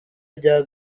rya